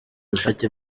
ubushake